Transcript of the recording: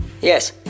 Yes